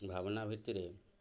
ଭାବନା ଭିତରେ